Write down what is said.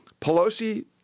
Pelosi